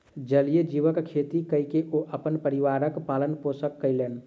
जलीय जीवक खेती कय के ओ अपन परिवारक पालन पोषण कयलैन